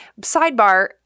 Sidebar